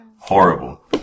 horrible